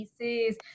pieces